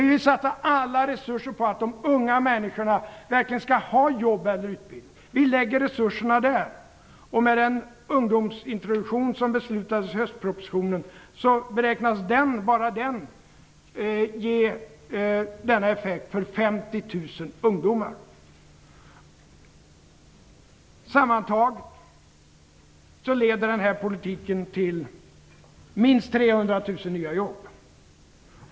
Vi vill satsa alla resurser på att de unga människorna verkligen skall få jobb eller utbildning. Vi lägger resurserna där. Den ungdomsintroduktion som beslutades i samband med höstpropositionen beräknas bara den ge effekt för 50 000 ungdomar. Sammantaget leder denna politik till minst 300 000 nya jobb.